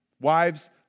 Wives